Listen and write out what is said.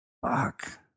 fuck